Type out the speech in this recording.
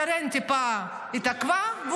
שרן טיפה התעכבה,